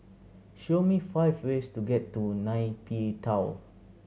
show me five ways to get to Nay Pyi Taw